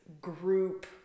group